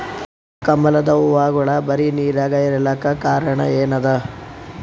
ಕಮಲದ ಹೂವಾಗೋಳ ಬರೀ ನೀರಾಗ ಇರಲಾಕ ಏನ ಕಾರಣ ಅದಾ?